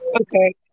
Okay